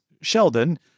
Sheldon